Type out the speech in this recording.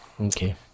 Okay